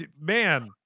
man